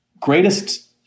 greatest